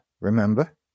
remember